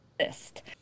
list